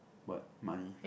what money